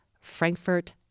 Frankfurt